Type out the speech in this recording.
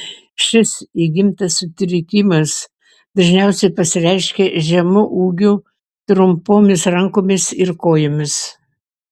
šis įgimtas sutrikimas dažniausiai pasireiškia žemu ūgiu trumpomis rankomis ir kojomis